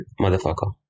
motherfucker